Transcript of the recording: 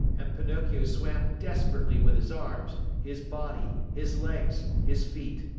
and pinocchio swam desperately with his arms, his body, his legs, his feet.